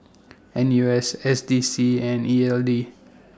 N U S S D C and E L D